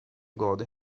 gode